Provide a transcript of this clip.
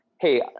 hey